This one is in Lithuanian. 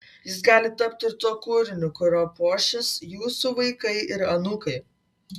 jis gali tapti ir tuo kūriniu kuriuo puošis jūsų vaikai ir anūkai